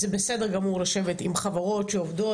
זה בסדר גמור לשבת עם חברות שעובדות,